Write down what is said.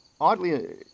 oddly